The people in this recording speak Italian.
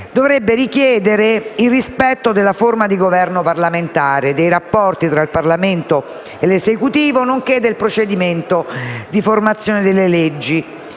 dovrebbero richiedere il rispetto della forma di governo parlamentare, dei rapporti tra il Parlamento e l'Esecutivo, nonché del procedimento di formazione delle leggi,